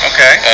Okay